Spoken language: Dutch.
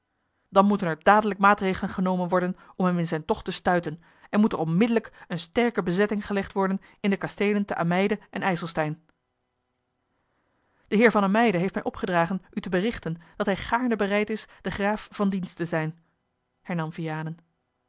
dan moeten er dadelijk maatregelen genomen worden om hem in zijn tocht te stuiten en moet er onmiddellijk eene sterke bezetting gelegd worden in de kasteelen te ameide en ijselstein de heer van ameide heeft mij opgedragen u te berichten dat hij gaarne bereid is den graaf van dienst te zijn hernam vianen